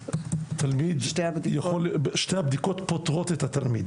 שתי הבדיקות פוטרות את התלמיד